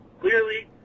clearly